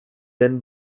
then